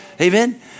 Amen